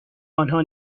آنها